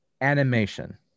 animation